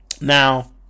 now